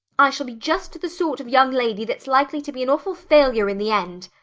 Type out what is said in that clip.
i shall be just the sort of young lady that's likely to be an awful failure in the end!